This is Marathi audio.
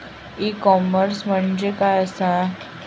ई कॉमर्स म्हणजे काय असा?